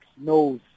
knows